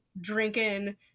drinking